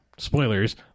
Spoilers